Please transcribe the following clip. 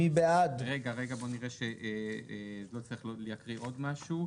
רגע, בואו נראה שלא צריך להקריא עוד משהו.